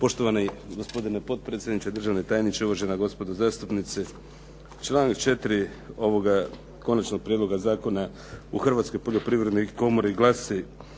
Poštovani gospodine potpredsjedniče, državni tajniče, uvažena gospodo zastupnici. Članak 4. ovoga konačnog prijedloga zakona u Hrvatskoj poljoprivrednoj komori glasi